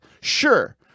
sure